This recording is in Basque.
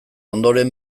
ondoren